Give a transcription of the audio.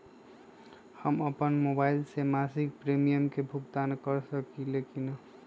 हम अपन मोबाइल से मासिक प्रीमियम के भुगतान कर सकली ह की न?